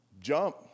jump